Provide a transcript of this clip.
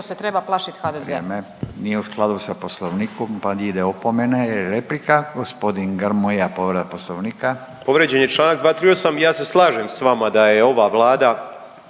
se treba plašit HDZ-a.